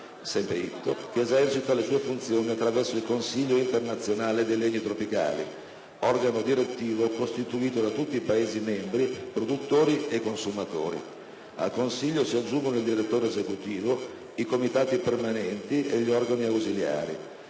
Organization*) che esercita le sue funzioni attraverso il Consiglio internazionale dei legni tropicali, organo direttivo costituito da tutti i Paesi membri produttori e consumatori. Al Consiglio si aggiungono il direttore esecutivo, i comitati permanenti e gli organi ausiliari.